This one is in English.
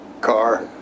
car